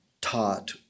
taught